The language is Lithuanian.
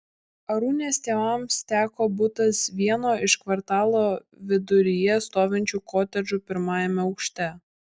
arūnės tėvams teko butas vieno iš kvartalo viduryje stovinčių kotedžų pirmajame aukšte